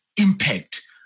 impact